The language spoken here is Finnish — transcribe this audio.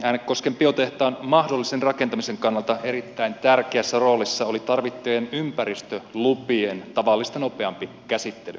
äänekosken biotehtaan mahdollisen rakentamisen kannalta erittäin tärkeässä roolissa oli tarvittavien ympäristölupien tavallista nopeampi käsittely